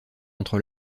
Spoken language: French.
entre